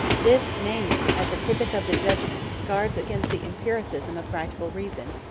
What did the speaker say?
this, namely, as a typic of the judgement, guards against the empiricism of practical reason,